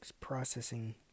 processing